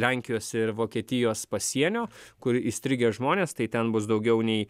lenkijos ir vokietijos pasienio kur įstrigę žmonės tai ten bus daugiau nei